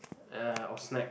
uh or snack